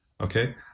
okay